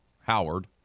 Howard